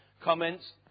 comments